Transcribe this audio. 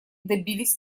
добились